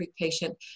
patient